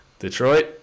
Detroit